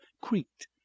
creaked